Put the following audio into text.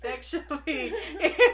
sexually